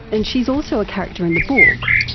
and she is also a character in the book.